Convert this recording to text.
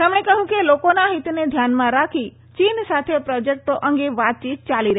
તેમણે કહ્યું કે લોકોના હિતને ધ્યાનમાં રાખી ચીન સાથે પ્રોજેક્ટો અંગે વાતચીત ચાલી રહી છે